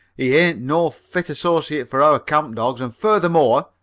he ain't no fit associate for our camp dogs. and, furthermore,